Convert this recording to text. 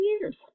years